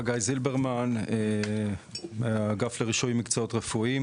חגי זילברמן מהאגף לרישוי מקצועות רפואיים,